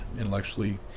intellectually